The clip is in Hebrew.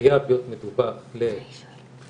חייב להיות מדווח לפקיד סעד,